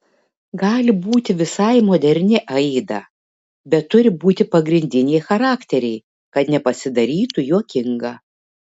gali būti visai moderni aida bet turi būti pagrindiniai charakteriai kad nepasidarytų juokinga